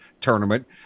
Tournament